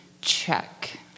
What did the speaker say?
check